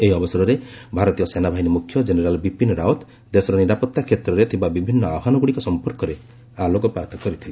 ଏହି ଅବସରରେ ଭାରତୀୟ ସେନାବାହିନୀ ମୁଖ୍ୟ ଜେନେରାଲ୍ ବିପିନ୍ ରାଓ୍ୱତ୍ ଦେଶର ନିରାପତ୍ତା କ୍ଷେତ୍ରରେ ଥିବା ବିଭିନ୍ନ ଆହ୍ୱାନଗୁଡ଼ିକ ସମ୍ପର୍କରେ ଆଲୋକପାତ କରିଥିଲେ